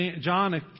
John